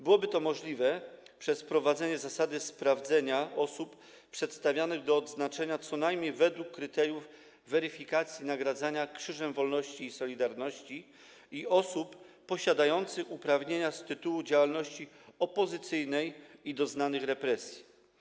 Byłoby to możliwe przez wprowadzenie zasady sprawdzenia osób przedstawianych do odznaczenia co najmniej według kryteriów weryfikacji nagradzania Krzyżem Wolności i Solidarności i osób posiadających uprawnienia z tytułu działalności opozycyjnej i doznanych represji.